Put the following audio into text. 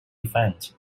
event